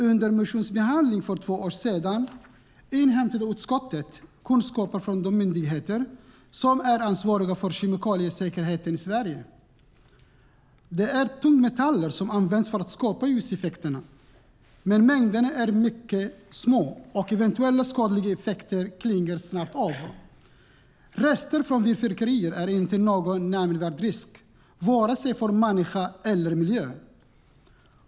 Under motionsbehandlingen för två år sedan inhämtade utskottet kunskaper från de myndigheter som är ansvariga för kemikaliesäkerheten i Sverige. Det är tungmetaller som används för att skapa ljuseffekterna, men mängderna är mycket små och eventuella skadliga effekter klingar snabbt av. Rester från fyrverkerier är ingen nämnvärd risk för vare sig människa eller miljö.